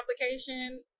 application